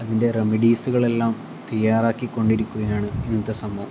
അതിൻ്റെ റെമിഡീസുകളെല്ലാം തയ്യാറാക്കിക്കൊണ്ടിരിക്കുകയാണ് ഇന്നത്തെ സംഭവം